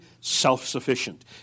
self-sufficient